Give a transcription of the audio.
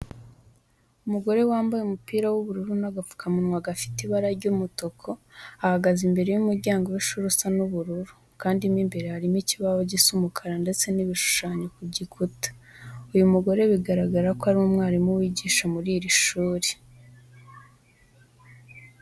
Umugore wambaye umupira w'ubururu n'agapfukamunwa gafite ibara ry'umutuku, ahagaze imbere y'umuryango w'ishuri usa ubururu, kandi mo imbere harimo ikibaho gisa umukara ndetse n'ibishushanyo ku gikuta. Uyu mugore bigaragara ko ari umwarimu wigisha muri iri shuri.